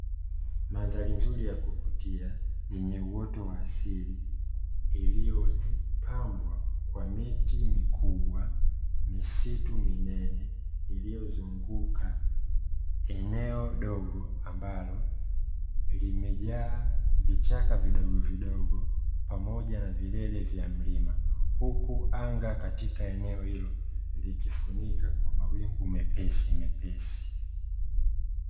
Mandhari nzuri ya kuvutia yenye uoto wa asili, iliyopambwa kwa miti mikubwa, misitu minene, iliyozunguka eneo dogo ambalo limejaa vichaka vidogovidogo pamoja na vilele vya mlima, huku anga katika eneo hilo likifunika kwa mawingu mepesimepesi.